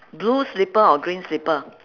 blue slipper or green slipper